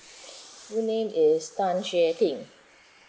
full name is tan xue ting